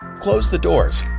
close the doors.